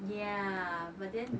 ya but then